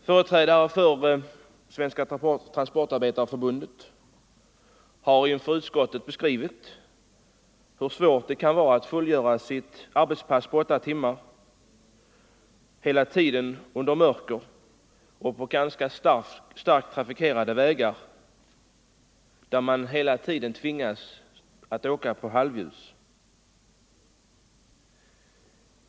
Företrädare för Svenska transportarbetareförbundet har inför utskottet beskrivit hur svårt det kan vara att fullgöra sitt arbetspass på åtta timmar Nr 125 under mörker och på ganska starkt trafikerade vägar, där man hela tiden Onsdagen den tvingas åka på halvljus.